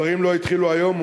הדברים לא התחילו היום.